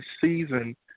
season